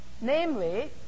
Namely